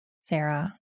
Sarah